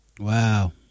Wow